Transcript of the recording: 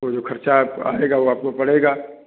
वो जो खर्चा आएगा वो आपको पड़ेगा